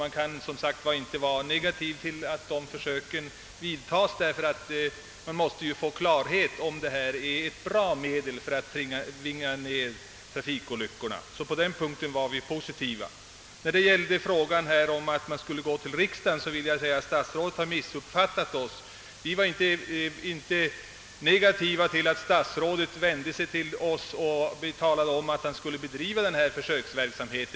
Man kan inte ställa sig negativ till att försöken görs — vi måste ju få klarhet i om detta är ett bra medel att nedbringa antalet trafikolyckor. Till det förslaget ställde vi oss alltså positiva. Beträffande kravet att riksdagen skulle höras har statsrådet missuppfattat oss. Vi reagerade inte negativt därför att statsrådet vände sig till oss och talade om att man hade för avsikt att bedriva försöksverksamhet.